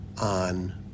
on